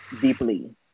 deeply